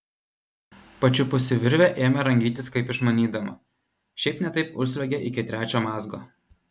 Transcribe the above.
pačiupusi virvę ėmė rangytis kaip išmanydama šiaip ne taip užsliuogė iki trečio mazgo